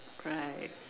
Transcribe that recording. right